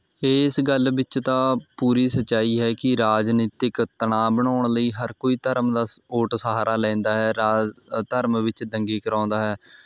ਇਸ ਗੱਲ ਵਿੱਚ ਤਾਂ ਪੂਰੀ ਸੱਚਾਈ ਹੈ ਕਿ ਰਾਜਨੀਤਿਕ ਤਣਾਅ ਬਣਾਉਣ ਲਈ ਹਰ ਕੋਈ ਧਰਮ ਦਾ ਸਪੋਰਟ ਸਹਾਰਾ ਲੈਂਦਾ ਹੈ ਰਾ ਧਰਮ ਵਿੱਚ ਦੰਗੇ ਕਰਵਾਉਂਦਾ ਹੈ